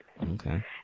Okay